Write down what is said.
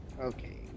Okay